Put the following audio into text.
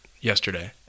yesterday